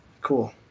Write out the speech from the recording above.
Cool